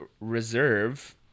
reserve